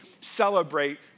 celebrate